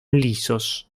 lisos